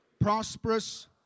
prosperous